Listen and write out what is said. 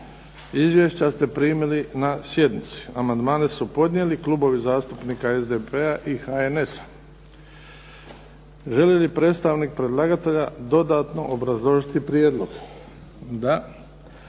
Izvješća ste primili na sjednici. Amandmane su podnijeli klubovi zastupnika SDP-a i HNS-a. Želi li predstavnik predlagatelja dodatno obrazložiti prijedlog? Da.